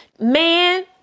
Man